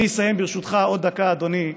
אני אסיים, ברשותך, עוד דקה, אדוני,